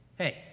Hey